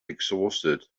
exhausted